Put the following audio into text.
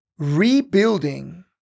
Rebuilding